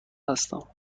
هستم